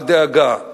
אל דאגה: